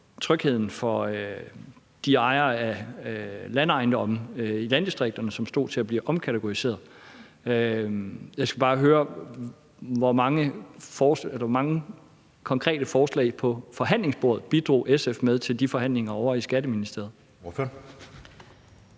trygheden for de ejere af landejendomme i landdistrikterne, som stod til at blive omkategoriseret. Jeg skal bare høre: Hvor mange konkrete forslag på forhandlingsbordet bidrog SF med ved de forhandlinger ovre i Skatteministeriet?